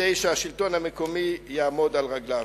כדי שהשלטון המקומי יעמוד על רגליו.